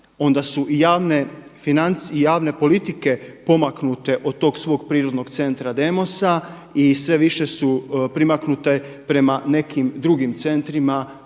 Onda su i javne politike pomaknute od tog svog prirodnog centra demosa i sve više su primaknute prema nekim drugim centrima,